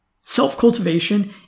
self-cultivation